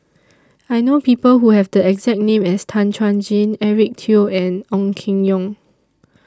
I know People Who Have The exact name as Tan Chuan Jin Eric Teo and Ong Keng Yong